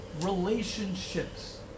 relationships